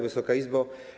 Wysoka Izbo!